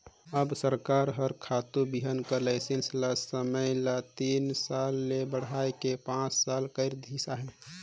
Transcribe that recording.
अब सरकार हर खातू बीहन कर लाइसेंस कर समे ल तीन साल ले बढ़ाए के पाँच साल कइर देहिस अहे